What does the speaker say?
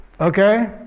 Okay